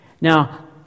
Now